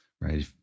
right